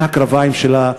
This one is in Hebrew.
מהקרביים שלה,